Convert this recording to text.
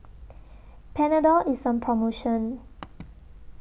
Panadol IS on promotion